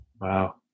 wow